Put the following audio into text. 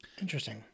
interesting